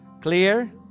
Clear